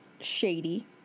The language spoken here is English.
shady